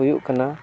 ᱦᱩᱭᱩᱜ ᱠᱟᱱᱟ